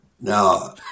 Now